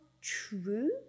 true